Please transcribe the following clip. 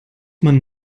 man